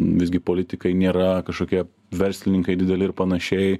visgi politikai nėra kažkokie verslininkai dideli ir panašiai